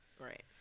right